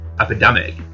epidemic